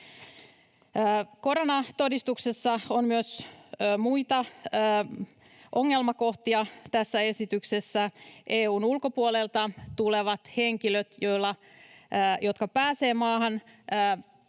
Koronatodistuksessa on myös muita ongelmakohtia tässä esityksessä: EU:n ulkopuolelta tulevat henkilöt pääsevät maahan